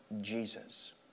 Jesus